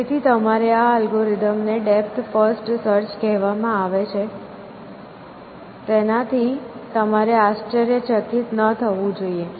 તેથી તમારે આ અલ્ગોરિધમને ડેપ્થ ફર્સ્ટ સર્ચ કહેવામાં આવે છે તેનાથી તમારે આશ્ચર્યચકિત ન થવું જોઈએ